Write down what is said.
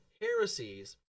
heresies